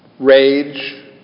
Rage